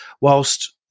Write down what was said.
whilst